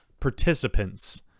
participants